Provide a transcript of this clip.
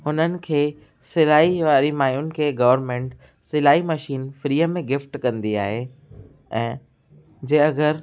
हुननि खे सिलाई वारी माइयुनि खे गर्वमेंट सिलाई मशीन फ्रीअ में गिफ़्ट कंदी आहे ऐं जे अगरि